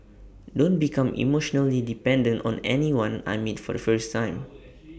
don't become emotionally dependent on anyone I meet for the first time